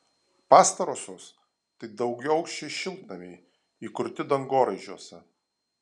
pastarosios tai daugiaaukščiai šiltnamiai įkurti dangoraižiuose